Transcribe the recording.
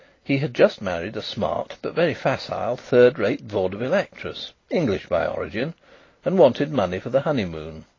he had just married a smart but very facile third-rate vaudeville actress english by origin and wanted money for the honeymoon.